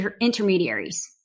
intermediaries